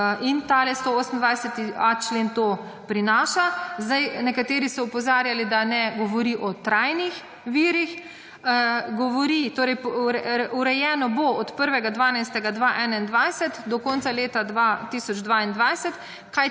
In ta 128.a člen to prinaša. Nekateri so opozarjali, da ne govori o trajnih virih. Urejeno bo od 1. 12. 2021 do konca leta 2022.